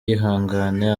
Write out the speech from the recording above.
yihangane